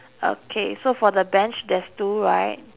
okay so for the bench there's two right